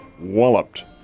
walloped